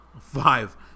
five